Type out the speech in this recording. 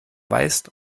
weißt